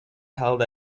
held